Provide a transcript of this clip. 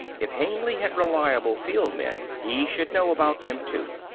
if hengly had reliable field men, he should know about them, too.